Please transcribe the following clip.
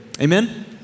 Amen